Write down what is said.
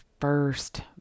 first